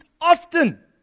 often